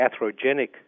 atherogenic